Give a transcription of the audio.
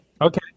Okay